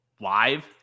live